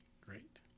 Great